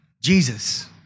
Jesus